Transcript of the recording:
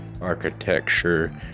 architecture